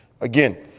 Again